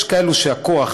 יש כאלו שהכוח,